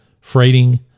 freighting